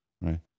right